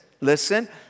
listen